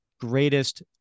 greatest